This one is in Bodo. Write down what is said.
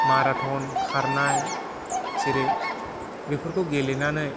माराथन खारनाय जेरै बेफोरखौ गेलेनानै